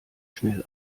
schnell